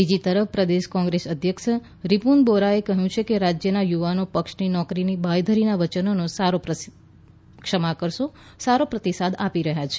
બીજી તરફ પ્રદેશ કોંગ્રેસ અધ્યક્ષ રિપૂન બોરાએ કહ્યું કે રાજ્યના યુવાનો પક્ષની નોકરીની બાંયધરીના વચનનો સારો પ્રતિસાદ આપી રહ્યા છે